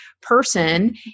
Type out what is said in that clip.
person